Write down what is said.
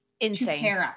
Insane